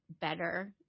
better